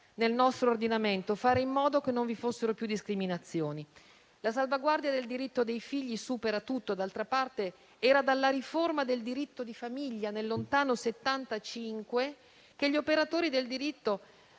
nel nostro ordinamento e fare in modo che non vi fossero più discriminazioni. La salvaguardia del diritto dei figli supera tutto. D'altra parte, era dalla riforma del diritto di famiglia, nel lontano 1975, che gli operatori del diritto